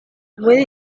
muri